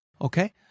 Okay